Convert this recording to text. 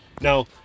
Now